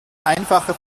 einfache